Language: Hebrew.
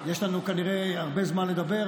יש לנו כנראה הרבה זמן לדבר,